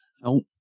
no